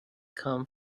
come